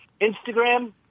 Instagram